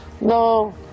No